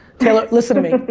taylor, listen to me.